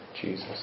Jesus